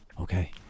Okay